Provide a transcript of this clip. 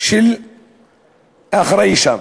של האחראי שם.